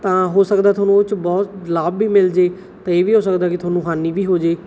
ਤਾਂ ਹੋ ਸਕਦਾ ਤੁਹਾਨੂੰ ਉਸ ਵਿੱਚ ਬਹੁਤ ਲਾਭ ਵੀ ਮਿਲ ਜਾਵੇ ਅਤੇ ਇਹ ਵੀ ਹੋ ਸਕਦਾ ਕਿ ਤੁਹਾਨੂੰ ਹਾਨੀ ਵੀ ਹੋ ਜਾਵੇ